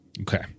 Okay